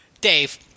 Dave